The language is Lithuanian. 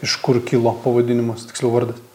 iš kur kilo pavadinimas tiksliau vardas